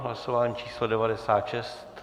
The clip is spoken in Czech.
Hlasování číslo 96.